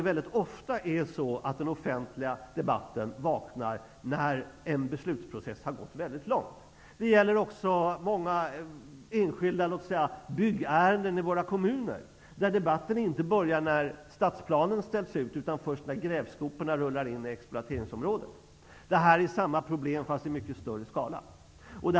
Väldigt ofta vaknar den offentliga debatten när en beslutsprocess gått väldigt långt. Det gäller exempelvis även många enskilda byggärenden i våra kommuner, där debatten inte börjar när stadsplanen visas, utan först när grävskoporna rullar in i exploateringsområdet. Vi står nu inför samma problem, fast i mycket större skala.